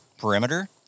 perimeter